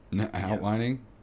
Outlining